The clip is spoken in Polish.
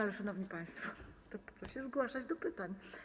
Ale, szanowni państwo, to po co się zgłaszać do pytań?